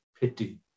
pity